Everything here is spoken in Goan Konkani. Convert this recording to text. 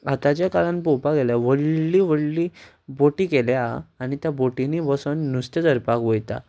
आतांचे काळांत पळोवपाक गेल्यार व्हडली व्हडली बोटी केल्या आनी त्या बोटींनीं बसून नुस्तें धरपाक वयता